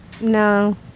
no